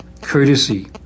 courtesy